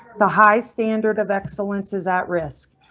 the high standard of excellence is at risk.